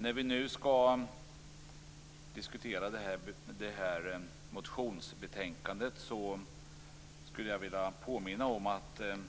När vi nu skall diskutera det här motionsbetänkandet skulle jag vilja påminna om att vi den